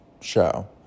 show